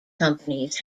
companies